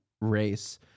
race